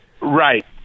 Right